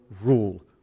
rule